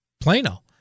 Plano